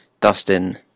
Dustin